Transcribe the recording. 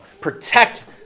protect